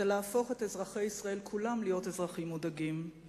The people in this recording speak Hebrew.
זה להפוך את אזרחי ישראל כולם לאזרחים מודאגים.